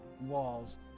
walls